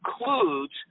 includes